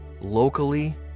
locally